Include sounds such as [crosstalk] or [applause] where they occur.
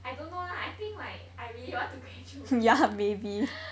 I don't know lah I think like I really want to graduate [breath]